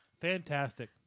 Fantastic